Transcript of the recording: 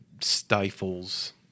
stifles